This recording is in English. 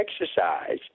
exercise